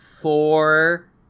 four